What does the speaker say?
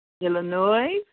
Illinois